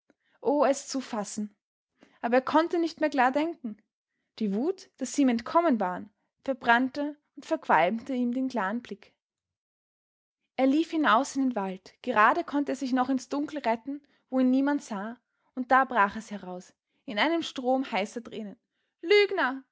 oh es zu fassen aber er konnte nicht mehr klar denken die wut daß sie ihm entkommen waren verbrannte und verqualmte ihm den klaren blick er lief hinaus in den wald gerade konnte er sich noch ins dunkel retten wo ihn niemand sah und da brach es heraus in einem strom heißer tränen lügner